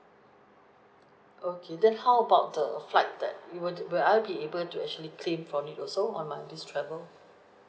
okay then how about the flight that we were to will I be able to actually claim for it also on my this travel